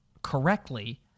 Correctly